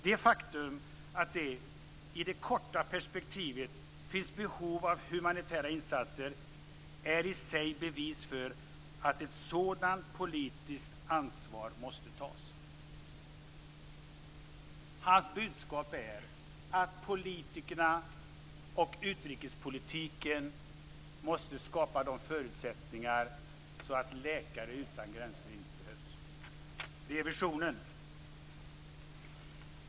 Det faktum att det, i det korta perspektivet, finns behov av humanitära insatser är i sig bevis för att ett sådant politiskt ansvar måste tas." Hans budskap är att politikerna och utrikespolitiken måste skapa sådana förutsättningar att Läkare utan gränser inte behövs. Det är visionen.